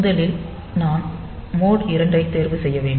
முதலில் நாம் மோட் 2 ஐ தேர்வு செய்ய வேண்டும்